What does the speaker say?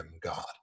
God